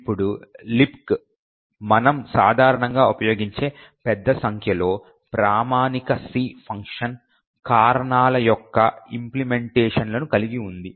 ఇప్పుడు లిబ్క్ మనం సాధారణంగా ఉపయోగించే పెద్ద సంఖ్యలో ప్రామాణిక C ఫంక్షన్ కారణాల యొక్క ఇంప్లిమెంటేషన్లను కలిగి ఉంది